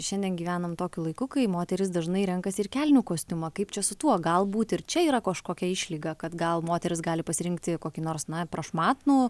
šiandien gyvenam tokiu laiku kai moterys dažnai renkasi ir kelnių kostiumą kaip čia su tuo galbūt ir čia yra kožkokia išlyga kad gal moteris gali pasirinkti kokį nors na prašmatnų